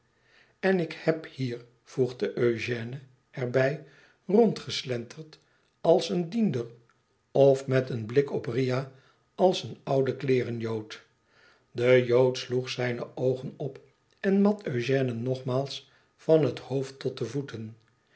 en ik heb hier voegde eugèoe er bij rondgeslenterd als een diender of met een blik op riah i als een oude kleerenjood de jood sloeg zijne oogen op en mat eugène nogmaals van het hoofd tot de voeten